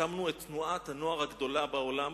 הקמנו את תנועת הנוער הגדולה בעולם,